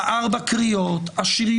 עכשיו מדבר חבר הכנסת קריב.